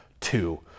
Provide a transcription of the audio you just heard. Two